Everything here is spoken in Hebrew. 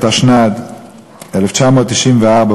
התשנ"ד 1994,